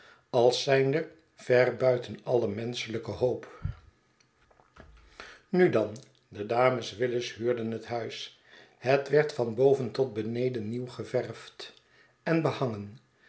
als zijnde ver buiten alle menschelijke hoop nudan de dames willis huurden het huis het werd van boven tot beneden nieuw geverwd en behangen